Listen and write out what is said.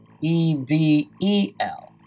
E-V-E-L